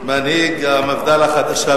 מנהיג מפד"ל החדשה,